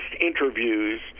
interviews